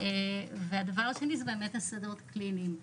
הדבר השני, הוא באמת השדות הקליניים.